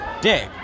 Dick